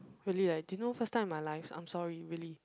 really leh didn't know first time in my life I'm sorry really